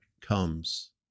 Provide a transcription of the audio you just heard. comes